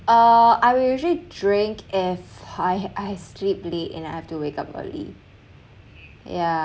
uh I will usually drink if I I sleep late and I have to wake up early ya